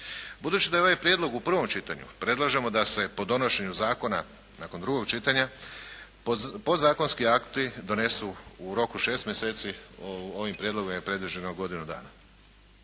Budući da je ovaj prijedlog u prvom čitanju predlažemo da se po donošenju zakona nakon drugog čitanja podzakonski akti donesu u roku od 6 mjeseci, ovim prijedlogom je predviđeno godinu dana.